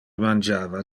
mangiava